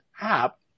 app